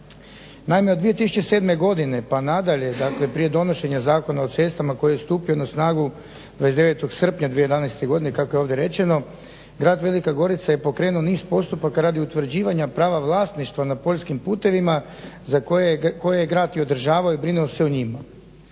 Naime od 2007. godine pa nadalje dakle prije donošenja Zakona o cestama koji je stupio na snagu 29. srpnja 2011. Kako je ovdje rečeno grad Velika Gorica je pokrenuo niz postupaka radi utvrđivanja prava vlasništva na poljskim putevima koje je grad održavao i brinuo se o njima.